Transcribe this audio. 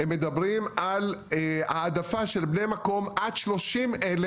הם מדברים על ההעדפה של בני מקום עד 30,000